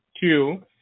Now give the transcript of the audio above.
Two